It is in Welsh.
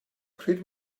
pryd